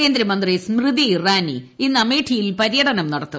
കേന്ദ്രമന്ത്രി സ്മൃതി ഇറാനി ഇന്ന് അമേഠിയിൽ പര്യടനം നടത്തും